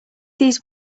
these